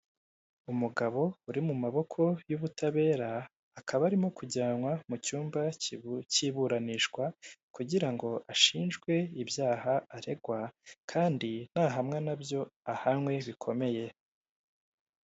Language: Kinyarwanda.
Umugabo uri mu maboko y'ubutabera akaba arimo kujyanwa mu cyumba cy'iburanishwa kugira ngo ashinjwe ibyaha aregwa kandi nahamwa nabyo ahanwe bikomeye.